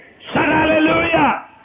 Hallelujah